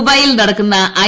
ദുബൈയിൽ നടക്കുന്ന ഐ